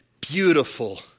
Beautiful